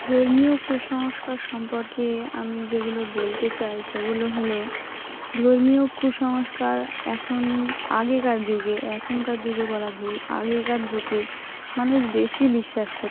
ধর্মীয় কুসংস্কার সম্পর্কে আমি যেগুলো বলতে চাই সেগুলো হলো ধর্মীয় কুসংস্কার এখন আগেকার যুগে এখনকার যুগে বলা ভুল আগেকার যুগে মানুষ বেশি বিশ্বাস করত